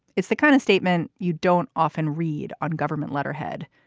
it's the kind of statement you don't often read on government letterhead.